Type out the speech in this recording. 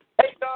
hey